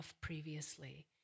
previously